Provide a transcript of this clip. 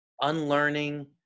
unlearning